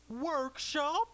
workshop